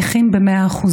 נכים ב-100%,